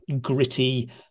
gritty